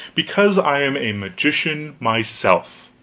because i'm a magician myself.